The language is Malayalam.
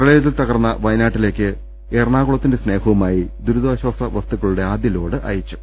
പ്രളയത്തിൽ തകർന്ന വയനാട്ടിലേക്ക് എറ ണാകുളത്തിന്റെ സ്നേഹവുമായി ദുരിതാശ്വാസ വസ്തുക്കളുടെ ആദ്യ ലോഡ് അയച്ചു